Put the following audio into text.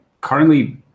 Currently